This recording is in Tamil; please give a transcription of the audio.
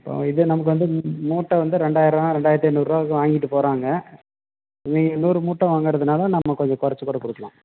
இப்போ இது நமக்கு வந்து மூ மூட்டை வந்து ரெண்டாயிரம் ரெண்டாயிரத்து ஐந்நூறுபா வரைக்கும் வாங்கிட்டு போகிறாங்க நீங்கள் நூறு மூட்டை வாங்குகிறதுனால நம்ம கொஞ்சம் கொறைச்சி கூட கொடுக்கலாம்